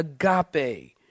agape